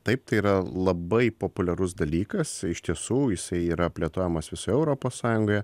taip tai yra labai populiarus dalykas iš tiesų jisai yra plėtojamas visoje europos sąjungoje